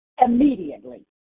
immediately